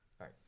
right